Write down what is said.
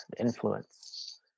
influence